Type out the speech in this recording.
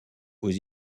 aux